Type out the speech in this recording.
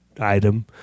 item